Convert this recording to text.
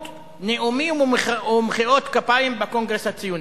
נאומים ומחיאות כפיים בקונגרס הציוני.